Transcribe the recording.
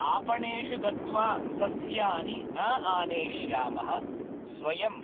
आपणेषु गत्वा सस्यानि न आनेष्यामः स्वयं